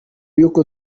y’uko